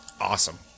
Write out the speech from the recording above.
Awesome